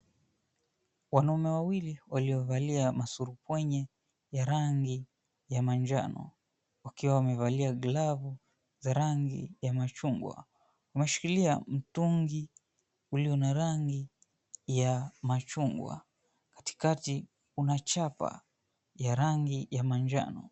Wanaume wawili waliovalia masurupwenye ya rangi ya manjano, wakiwa wamevalia glavu za rangi ya machungwa, wameshikilia mtungi ulio na rangi ya machungwa. Katikati kuna chapa ya rangi ya manjano.